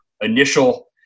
initial